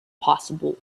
possible